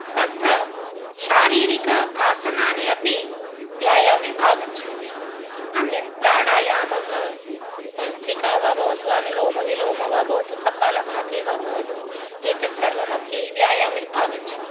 तत्र शारीरक आसनानि अपि व्यायामे आगच्छन्ति अन्यत् प्राणायामः भस्त्रिका वा भवतु अनुलोमः विलोमः वा भवतु कपालभातिः वा भवतु एतत्सर्वमपि व्यायामे आगच्छति